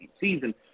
season